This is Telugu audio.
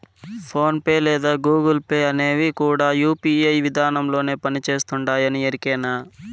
ఫోన్ పే లేదా గూగుల్ పే అనేవి కూడా యూ.పీ.ఐ విదానంలోనే పని చేస్తుండాయని ఎరికేనా